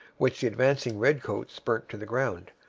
which the advancing redcoats burnt to the ground.